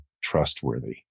trustworthy